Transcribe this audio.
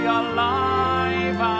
alive